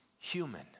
human